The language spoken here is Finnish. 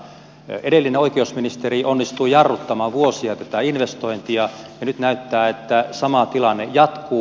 edellinen oikeusministeri onnistui jarruttamaan vuosia tätä investointia ja nyt näyttää että sama tilanne jatkuu